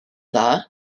dda